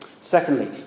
Secondly